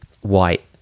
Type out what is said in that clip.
white